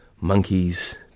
monkeys